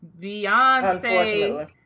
Beyonce